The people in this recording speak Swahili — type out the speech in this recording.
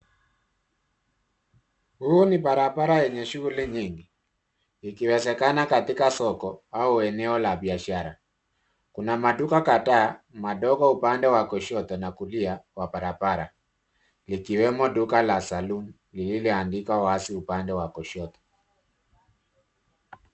Huu ni barabara enye shughuli nyingi ikiwezekana katika soko, au eneo la biashara kuna maduka kataa madogo upande wa kushoto na kulia wa barabara likiwemo duka ya saloon lililoandikwa wazi upande wa kushoto.